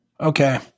Okay